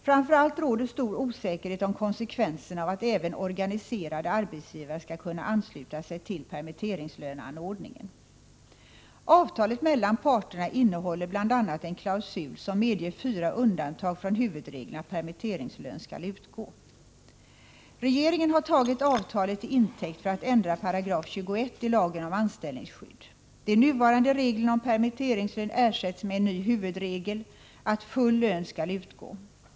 Framför allt råder stor osäkerhet om konsekvenserna av att även oorganiserade arbetsgivare skall kunna ansluta sig till permitteringslöneanordningen. Avtalet mellan parterna innehåller bl.a. en klausul som medger fyra undantag från huvudregeln att permitteringslön skall utgå. Regeringen har tagit avtalet till intäkt för att ändra 21§ i lagen om anställningsskydd. De nuvarande reglerna om permitteringslön ersätts med en ny huvudregel att full lön skall utgå.